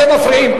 אתם מפריעים.